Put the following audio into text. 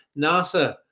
NASA